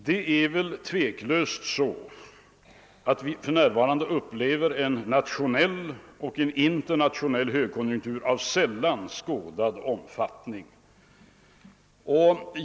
Vi upplever för närvarande en nationell och internationell högkonjunktur av sällan skådad styrka.